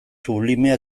sublimea